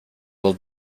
will